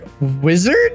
wizard